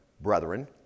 brethren